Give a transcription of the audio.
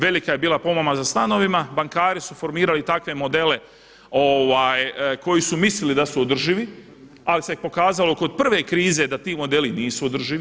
Velika je bila pomama za stanovima, bankari su formirali takve modele koji su mislili da su održivi, ali se pokazalo kod prve krize da ti modeli nisu održivi.